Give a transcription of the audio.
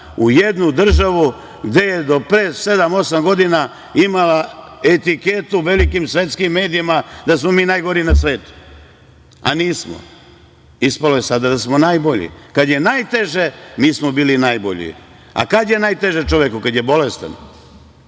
u jednu državu gde je do pre sedam, osam godina imala etiketu u velikim svetskim medijima da smo mi najgori na svetu, a nismo, ispalo je sada da smo najbolji. Kada je najteže, mi smo bili najbolji.A kad je najteže čoveku? Kad je bolestan,